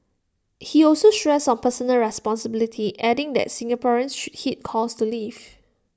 he also stressed on personal responsibility adding that Singaporeans should heed calls to leave